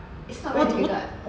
it's not very difficult